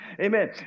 Amen